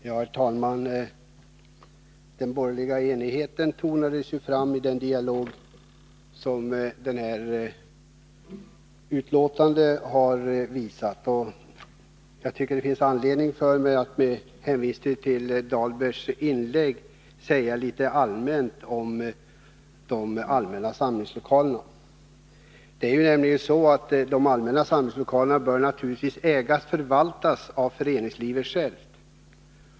Herr talman! Den borgerliga enigheten tonades fram i den dialog som detta betänkande har framkallat. Jag tycker att det finns anledning för mig, med hänvisning till Rolf Dahlbergs inlägg, att säga något om de allmänna samlingslokalerna. De allmänna samlingslokalerna bör naturligtvis ägas och förvaltas av föreningslivet självt.